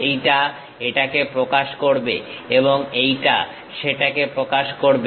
এইটা এটাকে প্রকাশ করবে এবং এইটা সেটাকে প্রকাশ করবে